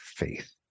faith